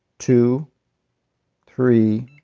two three,